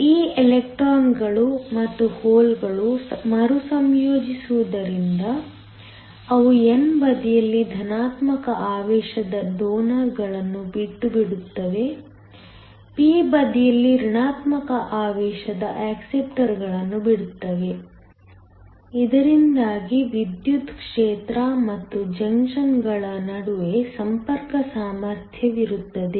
ಈ ಎಲೆಕ್ಟ್ರಾನ್ಗಳು ಮತ್ತು ಹೋಲ್ಗಳು ಮರುಸಂಯೋಜಿಸುವುದರಿಂದ ಅವು n ಬದಿಯಲ್ಲಿ ಧನಾತ್ಮಕ ಆವೇಶದ ಡೋನರ್ಗಳನ್ನು ಬಿಟ್ಟುಬಿಡುತ್ತವೆ p ಬದಿಯಲ್ಲಿ ಋಣಾತ್ಮಕ ಆವೇಶದ ಅಕ್ಸಪ್ಟರ್ಗಳನ್ನು ಬಿಡುತ್ತವೆ ಇದರಿಂದಾಗಿ ವಿದ್ಯುತ್ ಕ್ಷೇತ್ರ ಮತ್ತು ಜಂಕ್ಷನ್ಗಳ ನಡುವೆ ಸಂಪರ್ಕ ಸಾಮರ್ಥ್ಯವಿರುತ್ತದೆ